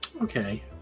Okay